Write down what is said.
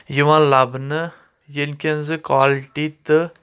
یِوان لَبنہٕ ییٚمہِ کہِ زٕ کالٹی تہٕ